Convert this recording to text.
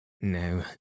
No